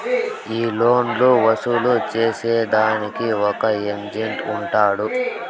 ఈ లోన్లు వసూలు సేసేదానికి ఒక ఏజెంట్ ఉంటాడు